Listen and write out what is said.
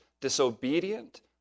disobedient